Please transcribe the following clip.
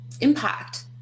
impact